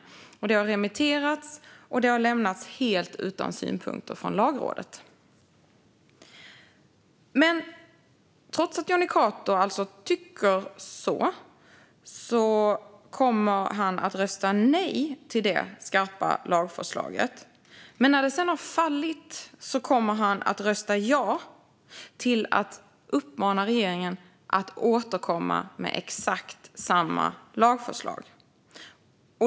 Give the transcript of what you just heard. Förslaget har remitterats, och det har lämnats helt utan synpunkter från Lagrådet. Trots att Jonny Cato har samma uppfattning kommer han att rösta nej till det skarpa lagförslaget. När det sedan har fallit kommer han att rösta ja till att uppmana regeringen att återkomma med exakt samma lagförslag.